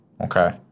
Okay